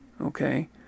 okay